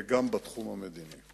וגם בתחום המדיני.